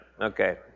okay